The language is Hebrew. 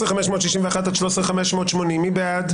13,561 עד 13,580, מי בעד?